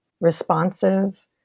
responsive